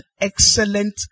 excellent